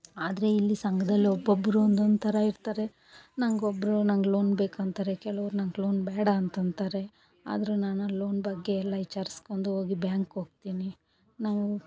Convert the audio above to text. ಆದರೆ ಇಲ್ಲಿ ಸಂಘದಲ್ ಒಬ್ಬೊಬ್ಬರು ಒಂದೊಂದು ಥರ ಇರ್ತಾರೆ ನಂಗೆ ಒಬ್ಬರು ನಂಗೆ ಲೋನ್ ಬೇಕಂತಾರೆ ಕೆಲವರು ನಂಗೆ ಲೋನ್ ಬೇಡ ಅಂತಂತಾರೆ ಆದರೂ ನಾನು ಆ ಲೋನ್ ಬಗ್ಗೆ ಎಲ್ಲ ವಿಚಾರಿಸ್ಕೊಂಡೋಗಿ ಬ್ಯಾಂಕ್ಗೋಗ್ತಿನಿ ನಾವು